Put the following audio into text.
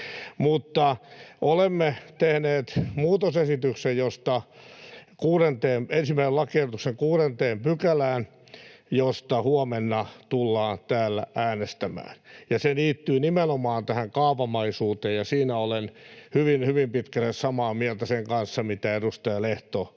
Mutta olemme tehneet muutosesityksen ensimmäisen lakiehdotuksen 6 §:ään, josta huomenna tullaan täällä äänestämään. Ja se liittyy nimenomaan tähän kaavamaisuuteen, ja siinä olen hyvin, hyvin pitkälle samaa mieltä sen kanssa, mitä edustaja Lehto täällä